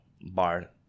bar